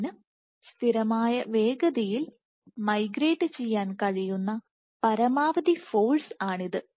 സെല്ലിന് സ്ഥിരമായ വേഗതയിൽ മൈഗ്രേറ്റ് ചെയ്യാൻ കഴിയുന്ന പരമാവധി ഫോഴ്സ് ആണിത്